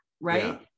right